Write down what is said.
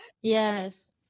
Yes